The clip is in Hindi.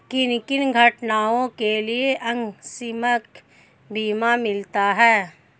किन किन घटनाओं के लिए आकस्मिक बीमा मिलता है?